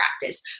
practice